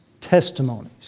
testimonies